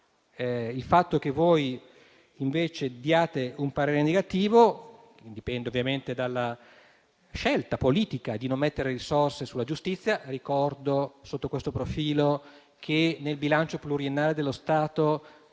Il fatto che esprimiate invece un parere negativo dipende ovviamente dalla scelta politica di non mettere risorse sulla giustizia. Ricordo sotto questo profilo che nel bilancio pluriennale dello Stato